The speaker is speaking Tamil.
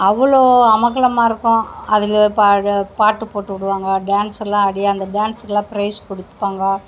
அவ்வளோ அமர்க்களமா இருக்கும் அதிலே பாடு பாட்டு போட்டு விடுவாங்க டேன்ஸ் எல்லாம் ஆடி அந்த டேன்ஸ்க்கெல்லாம் பிரைஸ் கொடுப்பாங்க